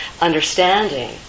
understanding